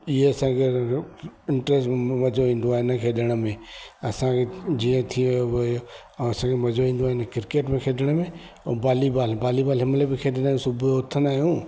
इहे असांखे इंट्रस्ट में मजो ईंदो आहे हिन खेॾण में असांखे जीअं थिए हा असांखे मजो ईंदो आहे इन किरकेट खेॾण में ऐं बालीबॉल बालीबॉल जंहिंमहिल बि खेॾंदा आहियूं सुबुह उथंदा आहियूं